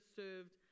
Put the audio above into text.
served